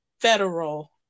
federal